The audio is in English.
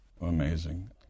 Amazing